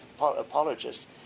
apologists